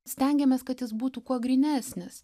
stengiamės kad jis būtų kuo grynesnis